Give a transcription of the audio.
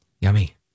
yummy